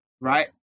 Right